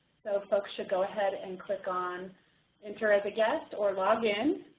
so folks should go ahead and click on enter as a guest or log in.